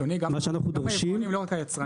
גם היבואנים, לא רק היצרנים.